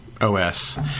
os